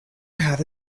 had